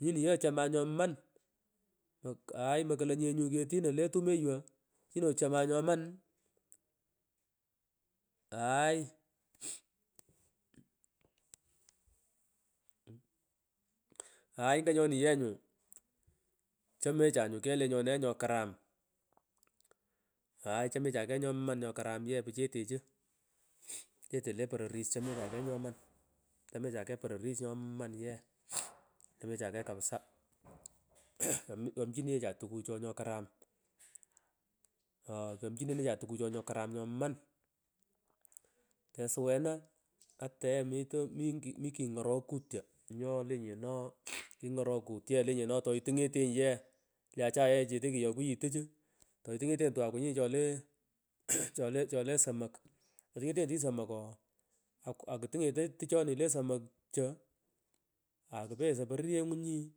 Nyinyi yee chomaa khe hay makulonyenga kasino le tama gho nyi echoman nyaman mhh haymhh nganyamiyenyu shameshe nyu kegh lenyona yee nyo karam. Chamecha kegh poreris nytaman yee chieche kegh nyokaram ngoman tesuwena ataye mi kingorokotyo nyole vyena lenyeno kungorokute yeekka kingorokue lenyene toitungetenyi yee te acha yee chete kigakwayi tuch uuh toitungonyi twakunyi chake chole chole somok toitangonyi tuch somok ooh akutungeti twachoma le somok choo akupoyoro porovyengu nyi,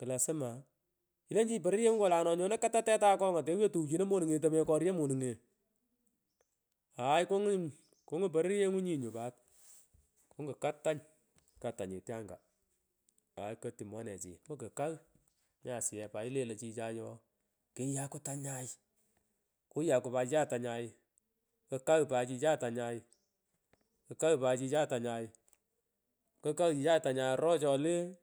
lazima ilenchini poronyengunyi nyono kata teta akonga tewayo tu tuwakino monunge tomekoryo monunge haay kanguri porovyengunyi ny paat kungun kukat tany kat tanyeta anga kotyu monechi wo kukaagh mi asijech ilenyi nyu chichay tooh kiyakwa tanyay kuyakwa chichay pat tanyay kukagh pat chichay tangay kukagh pat chichag tanyay kukagh chichay tangay oro cho le ghh.